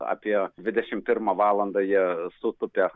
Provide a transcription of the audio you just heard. apie dvidešim pirmą valandą jie sutūpia